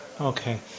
Okay